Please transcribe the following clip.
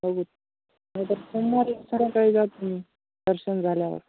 हो गं नाहीतर पुन्हा एक सण काही जात मी दर्शन झाल्यावर